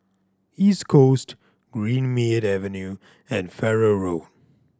East Coast Greenmead Avenue and Farrer Road